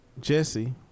Jesse